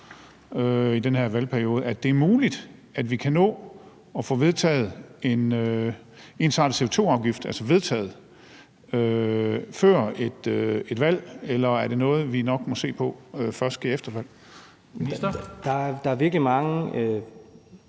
mener ministeren så, at det er muligt, at vi kan nå at få vedtaget en ensartet CO2-afgift før et valg, eller er det noget, vi nok må sige først sker efter